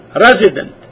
resident